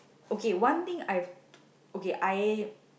okay one thing I've okay I